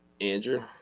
Andrew